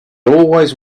always